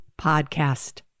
podcast